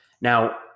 Now